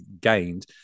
gained